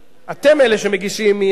אתם אלה שמגישים אי-אמון,